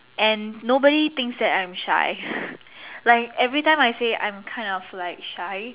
and nobody thinks that I'm shy like every time I say I'm kind of shy